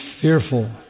fearful